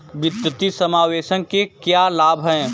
वित्तीय समावेशन के क्या लाभ हैं?